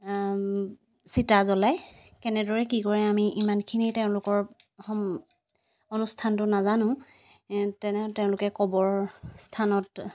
চিতা জ্বলায় কেনেদৰে কি কৰে আমি ইমানখিনি তেওঁলোকৰ অনুষ্ঠানটো নাজানো তেনেও তেওঁলোকে কবৰস্থানত